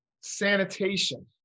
sanitation